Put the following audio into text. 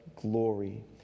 Glory